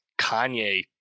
Kanye